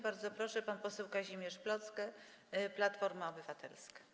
Bardzo proszę, pan poseł Kazimierz Plocke, Platforma Obywatelska.